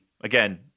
again